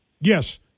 Yes